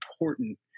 important